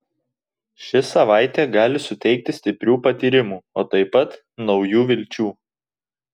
ši savaitė gali suteikti stiprių patyrimų o taip pat naujų vilčių